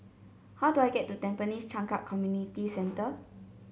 how do I get to Tampines Changkat Community Centre